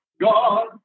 God